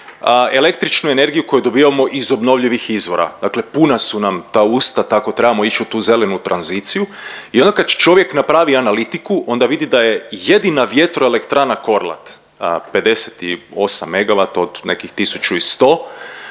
električnu energiju koju dobivamo iz obnovljivih izvora, dakle puna su nam ta usta tako trebamo ić u tu zelenu tranziciju i onda kad čovjek napravi analitiku onda vidi da je jedina vjetroelektrana Korlat 58 MW od nekih 1100